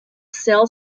cell